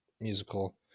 musical